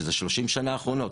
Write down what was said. שזה 30 השנה האחרונות,